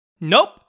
Nope